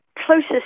closest